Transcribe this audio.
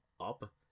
up